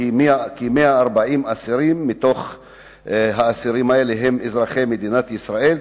כ-140 מהאסירים האלה הם אזרחי מדינת ישראל,